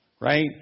Right